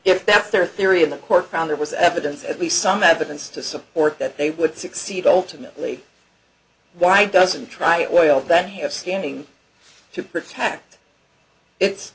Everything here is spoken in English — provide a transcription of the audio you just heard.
if that's their theory of the court found there was evidence at least some evidence to support that they would succeed ultimately why doesn't try oil that have standing to protect it